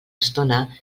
estona